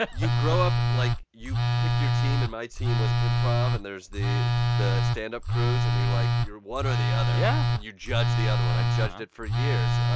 ah you grow up like, you pick your team, and my team was improv. and there's the the stand-up crews, and you're like you're one or the other yeah and you judge the other one. i judged it for years.